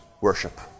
worship